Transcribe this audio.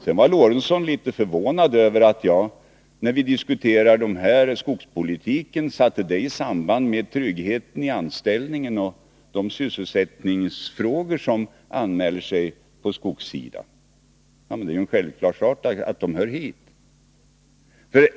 Sven Eric Lorentzon var förvånad över att vi satte skogspolitiken i samband med tryggheten i anställningen och de sysselsättningsfrågor som anmäler sig på skogssidan. Men det är ju en självklar sak att de hör hit.